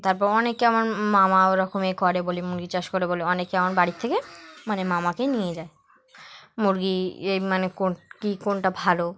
তারপর অনেকে আমার মামা ওরকমই করে বলে মুরগি চাষ করে বলে অনেকে আমার বাড়ির থেকে মানে মামাকে নিয়ে যায় মুরগি এই মানে কোন কী কোনটা ভালো